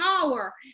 power